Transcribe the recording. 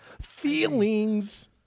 Feelings